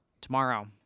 Tomorrow